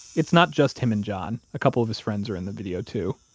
it's not just him and john. a couple of his friends are in the video, too.